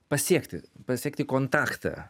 pasiekti pasiekti kontaktą